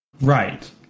Right